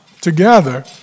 together